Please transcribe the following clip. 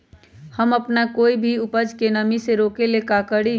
हम अपना कोई भी उपज के नमी से रोके के ले का करी?